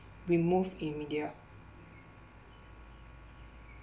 removed in media